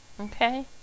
Okay